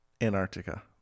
antarctica